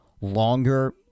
longer